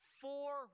Four